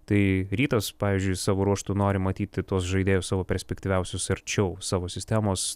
tai rytas pavyzdžiui savo ruožtu nori matyti tuos žaidėjus savo perspektyviausius arčiau savo sistemos